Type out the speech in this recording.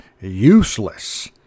useless